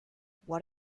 what